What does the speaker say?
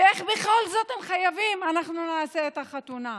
ואיך בכל זאת, אם חייבים, נעשה את החתונה?